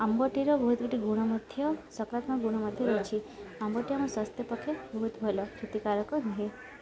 ଆମ୍ବଟିର ବହୁତ ଗୁଡ଼ିଏ ଗୁଣ ମଧ୍ୟ ସକରାତ୍ମକ ଗୁଣ ମଧ୍ୟ ରହିଛି ଆମ୍ବଟି ଆମ ସ୍ୱାସ୍ଥ୍ୟ ପକ୍ଷେ ବହୁତ ଭଲ କ୍ଷତିକାରକ ନୁହେଁ